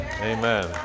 Amen